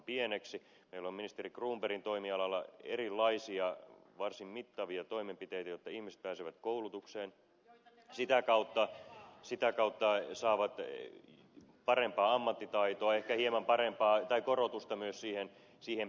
meillä on ministeri cronbergin toimialalla erilaisia varsin mittavia toimenpiteitä jotta ihmiset pääsevät koulutukseen sitä kautta saavat parempaa ammattitaitoa ehkä hieman korotusta myös siihen päivärahaansa